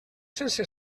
sense